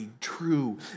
true